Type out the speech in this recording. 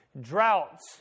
droughts